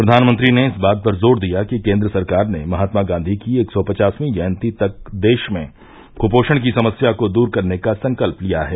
प्रधानमंत्री ने इस बात पर जोर दिया कि केंद्र सरकार ने महात्मा गांधी की एक सौ पचासवीं जयंती तक देश में क्पोषण की समस्या को दूर करने का संकल्प लिया है